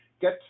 get